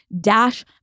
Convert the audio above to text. Dash